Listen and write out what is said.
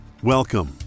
Welcome